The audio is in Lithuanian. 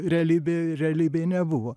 realybėj realybėj nebuvo